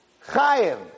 Chaim